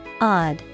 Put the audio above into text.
Odd